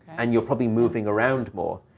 and you're probably moving around more.